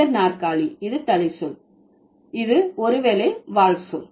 உயர் நாற்காலி இது தலை சொல் இது ஒரு வேளை வால் சொல்